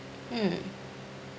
mm